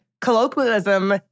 colloquialism